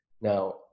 Now